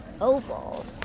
ovals